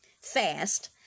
fast